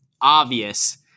obvious